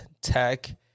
tech